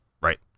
Right